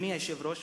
אדוני סגן ראש